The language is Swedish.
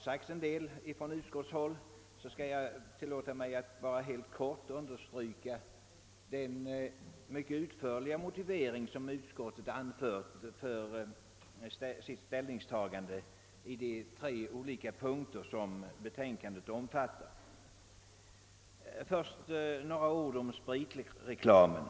sagts en hel del från utskottshåll skall jag helt kort understryka den mycket utförliga motivering som utskottet anfört för sitt ställningstagande i de tre olika punkter som betänkandet omfattar. Först några ord om spritreklamen.